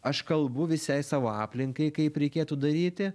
aš kalbu visai savo aplinkai kaip reikėtų daryti